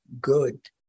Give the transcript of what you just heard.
good